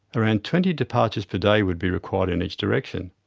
around twenty departures per day would be required in each direction.